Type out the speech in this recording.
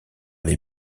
les